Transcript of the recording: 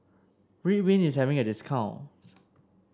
Ridwind is having a discount